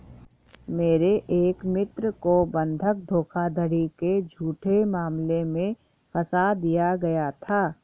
मेरे एक मित्र को बंधक धोखाधड़ी के झूठे मामले में फसा दिया गया था